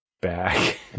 back